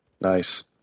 nice